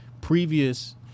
previous